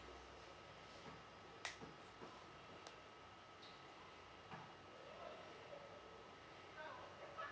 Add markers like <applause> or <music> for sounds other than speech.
<noise>